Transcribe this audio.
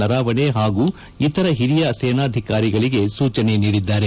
ನರಾವಣೆ ಪಾಗೂ ಇತರ ಹಿರಿಯ ಸೇನಾಧಿಕಾರಿಗಳೊಂದಿಗೆ ಸೂಚನೆ ನೀಡಿದ್ದಾರೆ